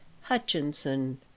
hutchinson